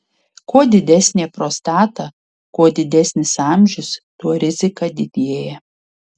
kuo didesnė prostata kuo didesnis amžius tuo rizika didėja